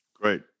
Great